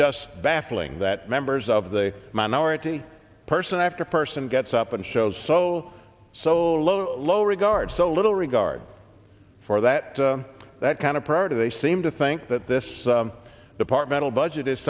just baffling that members of the minority person after person gets up and shows so so low low regard so little regard for that that kind of part of they seem to think that this departmental budget is